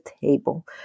table